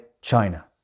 China